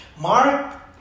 Mark